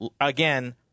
Again